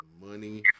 money